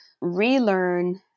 relearn